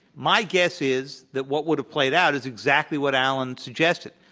my guess is that what would have played out is exactly what alan suggested.